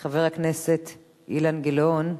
חבר הכנסת אילן גילאון,